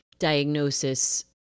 diagnosis